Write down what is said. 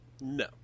No